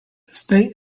state